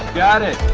got it.